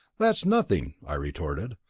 that's nothing, i retorted,